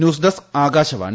news desk Akashvani